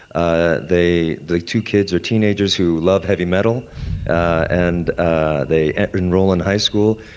ah they the two kids are teenagers who love heavy metal and ah they enroll in high school.